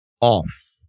off